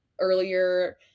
earlier